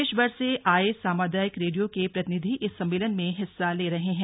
देश भर से आये सामुदायिक रेडियो के प्रतिनिधि इस सम्मेलन में हिस्सा ले रहे हैं